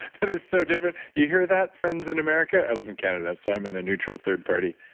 that is so different. you hear that, friends in america. i live in canada, so i'm in a neutral third party.